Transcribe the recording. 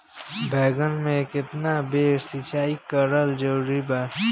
बैगन में केतना बेर सिचाई करल जरूरी बा?